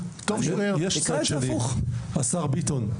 השר ביטון,